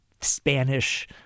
Spanish